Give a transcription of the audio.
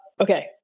okay